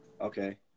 okay